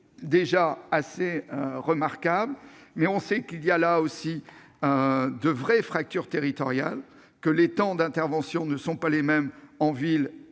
déjà assez remarquable, mais il existe là aussi de véritables fractures territoriales : les temps d'intervention ne sont pas les mêmes en ville et